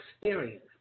experience